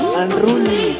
unruly